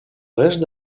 oest